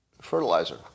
fertilizer